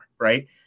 Right